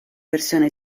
versione